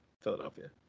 Philadelphia